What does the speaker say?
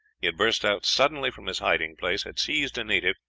he had burst out suddenly from his hiding place, had seized a native,